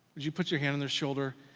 would you put your hand on their shoulder,